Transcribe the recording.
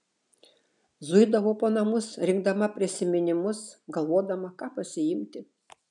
zuidavau po namus rinkdama prisiminimus galvodama ką pasiimti